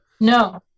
No